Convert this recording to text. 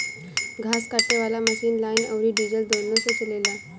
घास काटे वाला मशीन लाइन अउर डीजल दुनों से चलेला